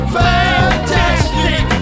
fantastic